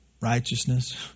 Righteousness